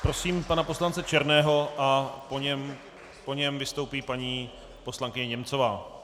Prosím pana poslance Černého a po něm vystoupí paní poslankyně Němcová.